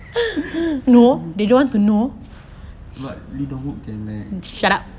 but lee dong wook can like